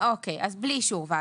אז בלי אישור ועדה,